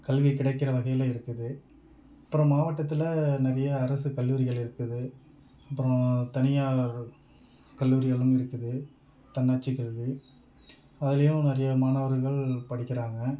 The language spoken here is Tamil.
கல்வி கிடைக்கிற வகையில இருக்குது அப்புறம் மாவட்டத்தில் நிறைய அரசு கல்லூரிகள் இருக்குது அப்புறம் தனியார் கல்லூரிகளும் இருக்குது தன்னாட்சி கல்லூரி அதிலையும் நிறைய மாணவர்கள் படிக்கிறாங்கள்